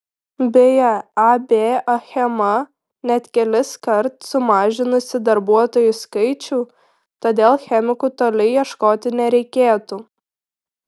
beje ab achema net keliskart sumažinusi darbuotojų skaičių todėl chemikų toli ieškoti nereikėtų